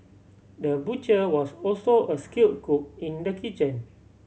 the butcher was also a skilled cook in the kitchen